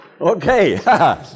Okay